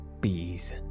bees